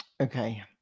okay